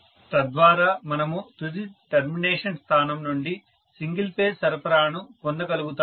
తద్వారా మనము తుది టెర్మినేషన్ స్థానం నుండి సింగిల్ ఫేజ్ సరఫరాను పొందగలుగుతాము